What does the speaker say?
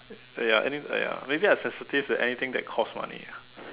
ya ya maybe I sensitive to anything that cost money ah